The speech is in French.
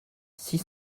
six